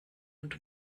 und